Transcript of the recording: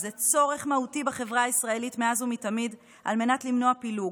היא צורך מהותי בחברה הישראלית מאז ומתמיד על מנת למנוע פילוג.